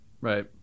Right